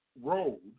Road